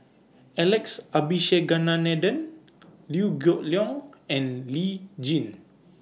Alex Abisheganaden Liew Geok Leong and Lee Tjin